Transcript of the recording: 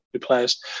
players